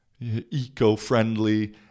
eco-friendly